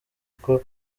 uko